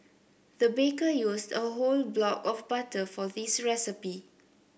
the baker used a whole block of butter for this recipe